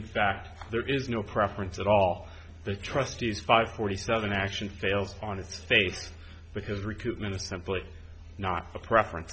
in fact there is no preference at all the trustees five forty seven action failed on its face because recruitment is template not a preference